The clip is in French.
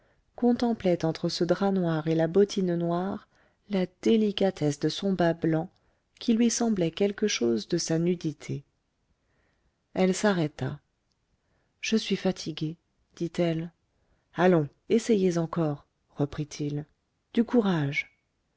contemplait entre ce drap noir et la bottine noire la délicatesse de son bas blanc qui lui semblait quelque chose de sa nudité elle s'arrêta je suis fatiguée dit-elle allons essayez encore reprit-il du courage